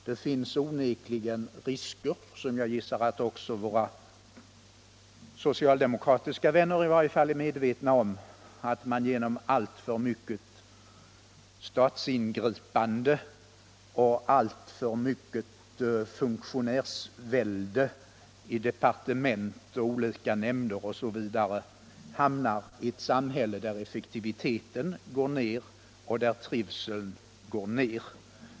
Det finns onekligen risker, som jag gissar att också våra socialdemokratiska vänner är medvetna om, att man genom alltför mycket statsingripande och alltför mycket funktionärsvälde i departement, olika nämnder osv. hamnar i ett samhälle där effektiviteten går ned och trivseln minskar.